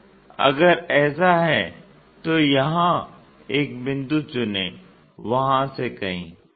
तो अगर ऐसा है तो यहां एक बिंदु चुनें वहां से कहीं